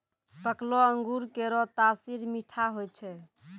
पकलो अंगूर केरो तासीर मीठा होय छै